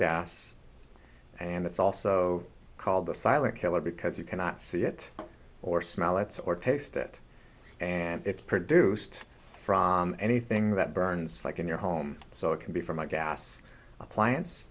gas and it's also called the silent killer because you cannot see it or smell its or taste it and it's produced from anything that burns like in your home so it can be from a gas appliance